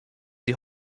die